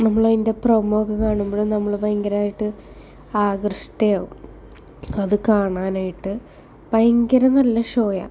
നമ്മളതിൻ്റെ പ്രമോയൊക്കെ കാണുമ്പോഴും നമ്മള് ഭയങ്കരമായിട്ട് ആകൃഷ്ടയാവും അത് കാണാനായിട്ട് ഭയങ്കര നല്ല ഷോയാണ്